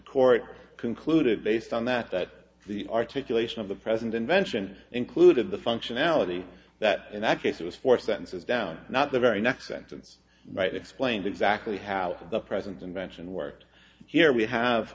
court concluded based on that that the articulation of the present invention included the functionality that actually it was four sentences down not the very next sentence right explained exactly how the present invention worked here we have